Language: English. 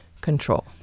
Control